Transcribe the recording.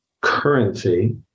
currency